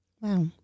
Wow